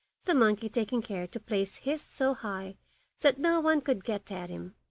the monkey taking care to place his so high that no one could get at him.